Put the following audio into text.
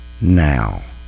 now